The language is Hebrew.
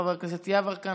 חבר הכנסת יברקן,